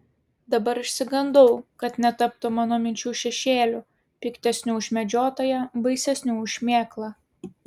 dabar išsigandau kad netaptų mano minčių šešėliu piktesniu už medžiotoją baisesniu už šmėklą